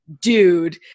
dude